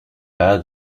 pas